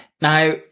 Now